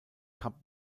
cup